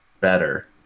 better